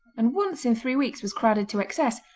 and once in three weeks was crowded to excess,